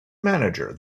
manager